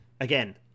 again